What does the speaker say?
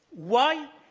why?